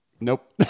Nope